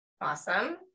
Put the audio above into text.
awesome